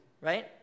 right